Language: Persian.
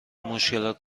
مشکلات